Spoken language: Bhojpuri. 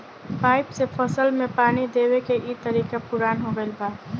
पाइप से फसल में पानी देवे के इ तरीका पुरान हो गईल बा